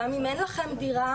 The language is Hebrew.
גם אם אין לכם דירה,